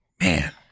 Man